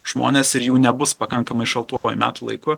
žmones ir jų nebus pakankamai šaltuoju metų laiku